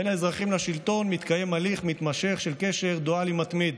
בין האזרחים לשלטון מתקיים הליך מתמשך של קשר דואלי מתמיד,